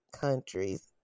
countries